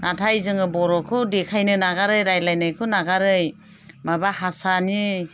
नाथाय जोङो बर'खौ देखायनो नागारै रायज्लायनायखौ नागारै माबा हारसानिसो